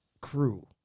crew